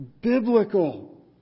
biblical